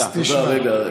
תודה.